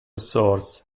source